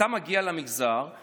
אתה מגיע למכרז,